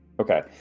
Okay